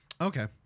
okay